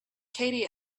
katie